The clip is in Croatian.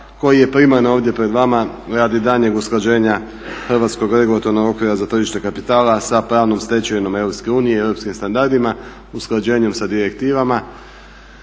koji je primarno ovdje pred vama radi daljnjeg usklađenja Hrvatskog regulatornog okvira za tržište kapitala sa pravnom stečevinom Europske unije i europskim standardima, usklađenjem sa direktivama,